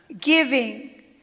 Giving